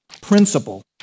principle